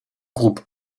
groupe